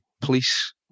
police